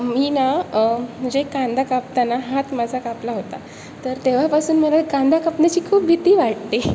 मी ना म्हणजे कांदा कापताना हात माझा कापला होता तर तेव्हापासून मला कांदा कापण्याची खूप भीती वाटते